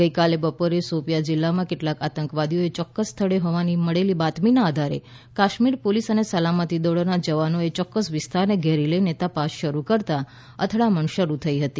ગઈકાલે બપોરે શોપિયાં જિલ્લામાં કેટલાંક આતંકવાદીઓ યોક્કસ સ્થળે હોવાની મળેલી બાતમીના આધારે કાશ્મીર પોલીસ અને સલામતી દળોના જવાનોએ ચોક્કસ વિસ્તારને ઘેરી લઈને તપાસ શરૂ કરતાં અથડામણ શરૂ થઈ હતી